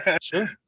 Sure